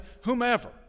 whomever